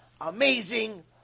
Amazing